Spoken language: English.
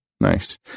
Nice